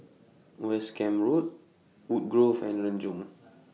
West Camp Road Woodgrove and Renjong